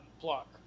block